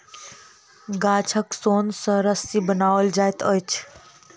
गाछक सोन सॅ रस्सी बनाओल जाइत अछि